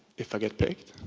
if i get picked,